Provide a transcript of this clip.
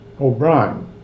O'Brien